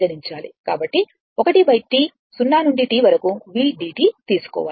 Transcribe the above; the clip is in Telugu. కాబట్టి 1 T 0 నుండి T వరకు vdt తీసుకోవాలి